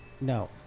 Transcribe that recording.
no